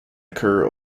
occur